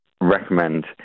recommend